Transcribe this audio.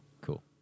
cool